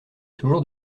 toujours